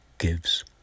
gives